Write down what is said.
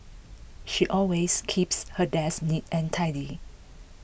she always keeps her desk neat and tidy